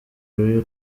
royal